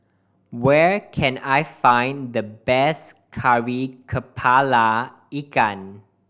where can I find the best Kari Kepala Ikan